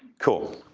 cool.